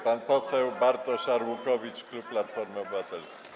Pan poseł Bartosz Arłukowicz, klub Platformy Obywatelskiej.